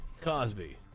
Cosby